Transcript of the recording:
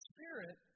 Spirit